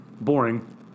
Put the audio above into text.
Boring